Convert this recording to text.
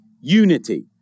Unity